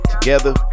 together